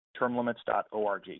termlimits.org